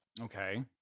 Okay